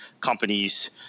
companies